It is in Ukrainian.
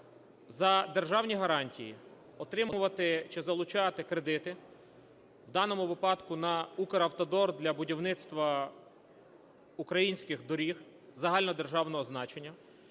за державні гарантії отримувати чи залучати кредити, в даному випадку – на Укравтодор, для будівництва українських доріг загальнодержавного значення,